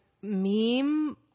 meme